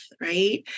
right